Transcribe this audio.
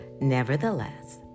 Nevertheless